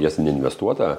jas neinvestuota